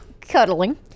cuddling